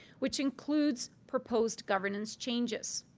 which includes proposed governance changes.